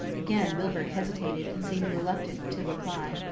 again milburgh hesitated, and seemed reluctant to reply.